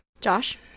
Josh